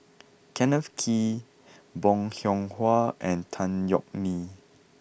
Kenneth Kee Bong Hiong Hwa and Tan Yeok Nee